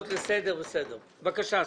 בבקשה.